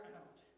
out